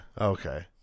Okay